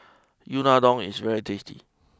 Unadon is very tasty